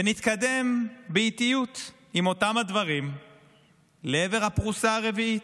ונתקדם באיטיות עם אותם הדברים לעבר הפרוסה הרביעית,